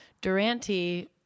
Durante